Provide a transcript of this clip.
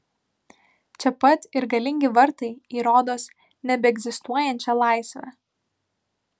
čia pat ir galingi vartai į rodos nebeegzistuojančią laisvę